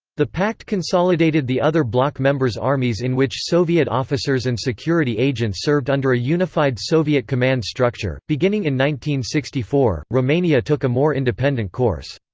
the pact consolidated the other bloc members' armies in which soviet officers and security agents served under a unified soviet command structure beginning in sixty four, romania took a more independent course.